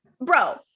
Bro